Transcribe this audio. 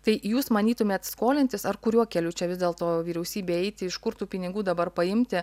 tai jūs manytumėt skolintis ar kuriuo keliu čia vis dėlto vyriausybei eiti iš kur tų pinigų dabar paimti